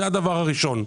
זה הדבר הראשון.